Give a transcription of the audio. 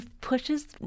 pushes